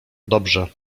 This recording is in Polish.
dobrze